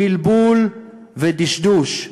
בלבול ודשדוש.